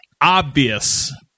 obvious